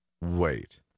Wait